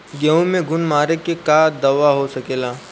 गेहूँ में घुन मारे के का दवा हो सकेला?